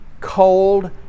cold